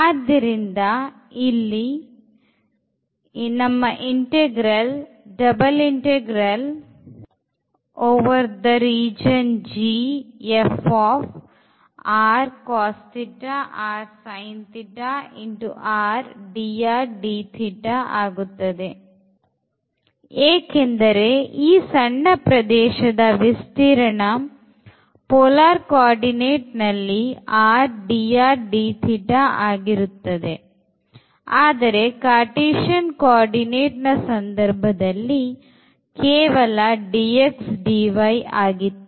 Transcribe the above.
ಆದ್ದರಿಂದ ಇಲ್ಲಿ ಆಗುತ್ತದೆ ಏಕೆಂದರೆ ಈ ಸಣ್ಣ ಪ್ರದೇಶದ ವಿಸ್ತೀರಣ polar coordinateನಲ್ಲಿ rdrdθ ಆಗಿರುತ್ತದೆ ಆದರೆ cartesian coordinate ಸಂದರ್ಭದಲ್ಲಿ ಕೇವಲ dx dy ಆಗಿತ್ತು